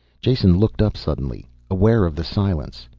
jason looked up suddenly, aware of the silence.